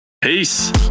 Peace